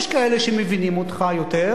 יש כאלה שמבינים אותך יותר,